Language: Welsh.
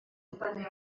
dibynnu